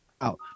out